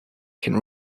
can